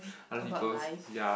about life